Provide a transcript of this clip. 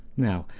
now,